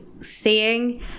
seeing